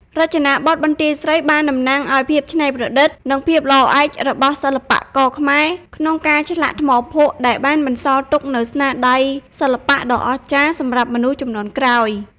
រចនាបថបន្ទាយស្រីបានតំណាងឱ្យភាពច្នៃប្រឌិត និងភាពល្អឯករបស់សិល្បករខ្មែរក្នុងការឆ្លាក់ថ្មភក់ ដែលបានបន្សល់ទុកនូវស្នាដៃសិល្បៈដ៏អស្ចារ្យសម្រាប់មនុស្សជំនាន់ក្រោយ។